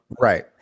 Right